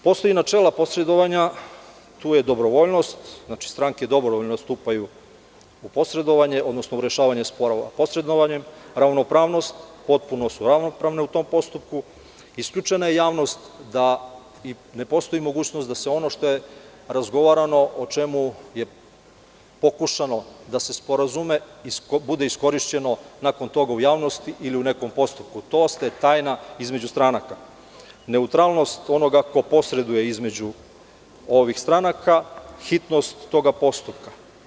Postoje načela posredovanja: dobrovoljnost, znači, stranke dobrovoljno nastupaju u posredovanju, odnosno u rešavanju sporova posredovanjem, ravnopravnost, potpuno su ravnopravne u tom postupku, isključena je javnost, ne postoji mogućnost da ono što je razgovarano, o čemu je pokušano da se sporazume, bude iskorišćeno nakon toga u javnosti ili u nekom postupku, to ostaje tajna između stranaka, neutralnost onoga ko posreduje između ovih stranaka, hitnost tog postupka.